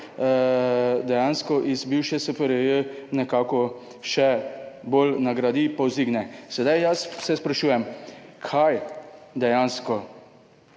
dejansko iz bivše SFRJ, nekako še bolj nagradi, povzdigne. Sedaj se jaz sprašujem, kaj dejansko